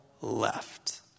left